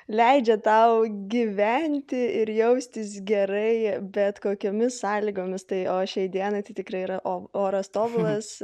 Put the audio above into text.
leidžia tau gyventi ir jaustis gerai bet kokiomis sąlygomis tai o šiai dienai tai tikrai yra o oras tobulas